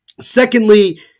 Secondly